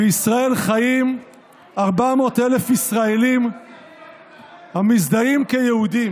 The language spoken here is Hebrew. בישראל חיים 400,000 ישראלים המזדהים כיהודים.